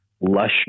lush